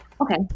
Okay